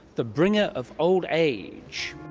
the bringer of old age.